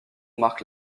marque